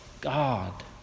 God